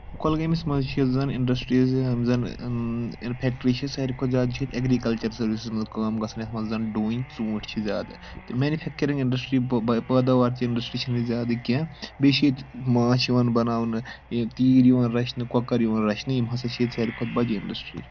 کۄلگٲمِس منٛز چھِ ییٚتہِ زَن اِنڈَسٹِرٛیٖز یِم زَن اِنفیکٹری چھِ ساروی کھۄتہٕ زیادٕ چھِ ییٚتہِ ایٚگرِکَلچَر سٔروِس منٛز کٲم گژھان یَتھ منٛز زَن ڈونۍ ژوٗنٛٹھۍ چھِ زیادٕ تہٕ مینفیکچرِنٛگ اِنڈَسٹری پٲداوار چھِ اِنڈَسٹِرٛی چھِنہٕ ییٚتہِ زیادٕ کینٛہہ بیٚیہِ چھِ ییٚتہِ ماچھ یِوان بَناونہٕ تیٖر یِوان رَچھنہٕ کۄکَر یِوان رَچھنہٕ یِم ہَسا چھِ ییٚتہِ ساروی کھۄتہٕ بَجہِ اِنڈَسٹری